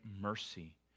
mercy